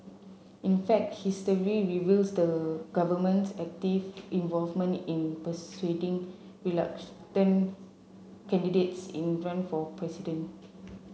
in fact history reveals the government's active involvement in persuading reluctant candidates in run for president